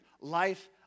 life